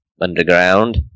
underground